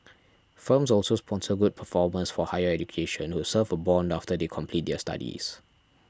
firms also sponsor good performers for higher education who serve a bond after they complete their studies